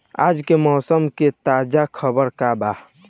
आज के मौसम के ताजा खबर का बा?